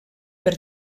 per